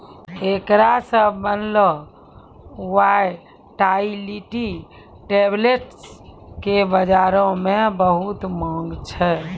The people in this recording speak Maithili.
एकरा से बनलो वायटाइलिटी टैबलेट्स के बजारो मे बहुते माँग छै